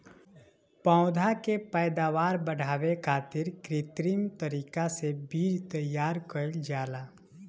पौधा के पैदावार बढ़ावे खातिर कित्रिम तरीका से बीज तैयार कईल जाला